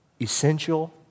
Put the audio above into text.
essential